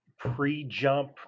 pre-jump